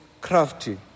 crafty